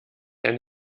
eine